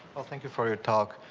thank you for your talk.